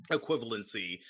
equivalency